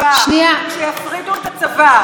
כשיפריטו את הצבא,